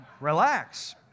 Relax